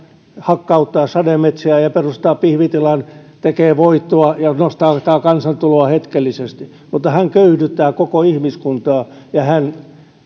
hakkauttaa sademetsiä ja ja perustaa pihvitilan tekee voittoa ja nostaa nostaa kansantuloa hetkellisesti mutta hän köyhdyttää koko ihmiskuntaa ja hän